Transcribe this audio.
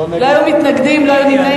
21 בעד, לא היו מתנגדים, לא היו נמנעים.